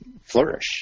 flourish